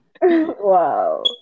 Wow